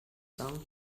song